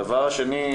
הדבר השני,